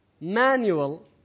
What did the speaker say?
manual